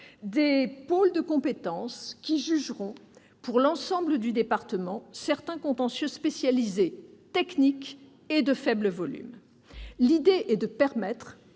des pôles de compétences qui jugeront, pour l'ensemble du département, certains contentieux spécialisés, techniques et de faible volume. L'idée est de permettre